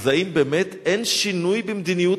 אז האם באמת אין שינוי במדיניות